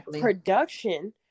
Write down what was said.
production